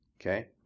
Okay